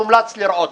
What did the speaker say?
מומלץ לראות.